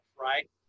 right